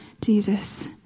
Jesus